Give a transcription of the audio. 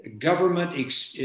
government